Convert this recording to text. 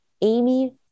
Amy